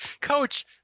Coach